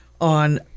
on